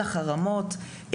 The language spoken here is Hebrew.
לחרמות,